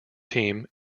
team